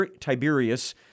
Tiberius